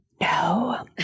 No